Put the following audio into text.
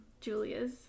Julia's